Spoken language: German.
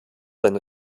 sein